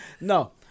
No